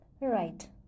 Right